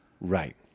Right